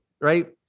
right